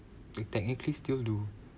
they technically still do